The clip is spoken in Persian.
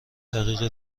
دقیقه